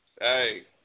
Hey